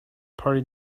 party